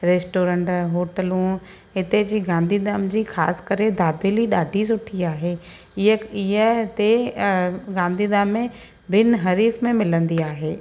restaurant होटलूं हिते जी गांधीधाम जी ख़ासि करे दाबेली ॾाढी सुठी आहे हीअ हीअ हिते गांधीधाम में बिन हरीफ में मिलंदी आहे